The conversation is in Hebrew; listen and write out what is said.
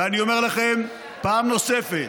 ואני אומר לכם פעם נוספת: